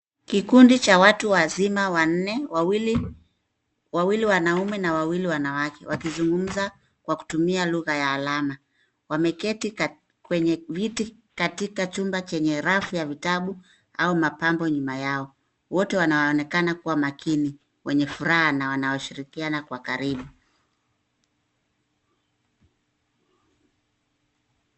Kikundi cha watu wazima wanne. Wawili wanaume na wawili wanawake wakizugumza kwa kutumia lugha ya alama. Wameketi kwenye viti katika chumba chenye rafu ya vitabu au mapambo nyuma yao. Wote wanaonekana kuwa makini wenye furaha na wanaoshirikiana kwa karibu.